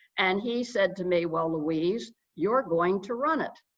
and he said to me, well, louise, you're going to run it.